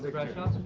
brashov?